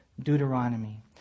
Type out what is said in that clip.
Deuteronomy